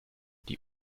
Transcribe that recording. die